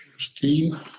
Steam